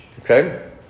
Okay